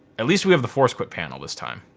at least we have the force quit panel this time.